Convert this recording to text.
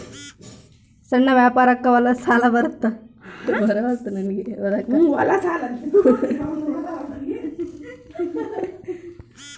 ಸಣ್ಣ ವ್ಯಾಪಾರಕ್ಕ ಸಾಲ ಬರುತ್ತಾ?